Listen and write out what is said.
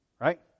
Right